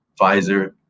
pfizer